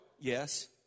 yes